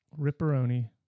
Ripperoni